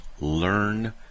learn